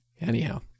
Anyhow